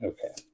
Okay